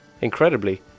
incredibly